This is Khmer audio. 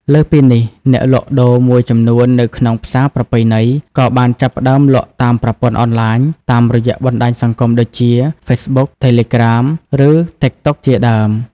លើសពីនេះ អ្នកលក់ដូរមួយចំនួននៅក្នុងផ្សារប្រពៃណីក៏បានចាប់ផ្តើមលក់តាមប្រព័ន្ធអនឡាញ តាមរយៈបណ្តាញសង្គមដូចជា Facebook, Telegram ឬ TikTok ជាដើម។